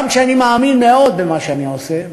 גם כי אני מאמין מאוד במה שאני עושה.